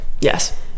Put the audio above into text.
Yes